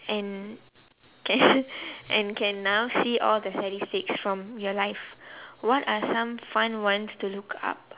and and can now see all the statistics from your life what are some fun ones to look up